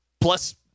Plus